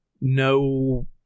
no